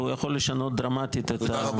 והוא יכול לשנות דרמטית את המצב.